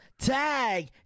Tag